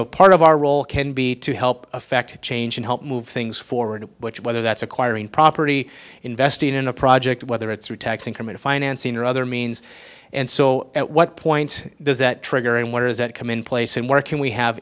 know part of our role can be to help affect change and help move things forward whether that's acquiring property investing in a project whether it's through tax increment financing or other means and so at what point does that trigger and where does that come in place and where can we have